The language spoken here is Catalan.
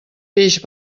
peix